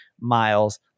miles